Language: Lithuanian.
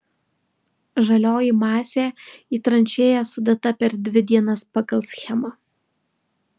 žalioji masė į tranšėjas sudėta per dvi dienas pagal schemą